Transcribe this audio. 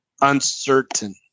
uncertain